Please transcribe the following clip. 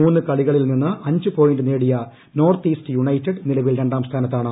മൂന്ന് കളികളിൽ നിന്ന് അഞ്ച് പോയിന്റ് നേടിയ നോർത്ത് ഈസ്റ്റ് യുണൈറ്റഡ് നിലവിൽ രണ്ടാം സ്ഥാനത്താണ്